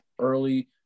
early